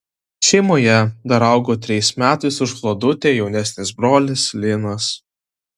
šeimoje dar augo trejais metais už vladutę jaunesnis brolis linas